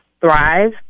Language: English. thrive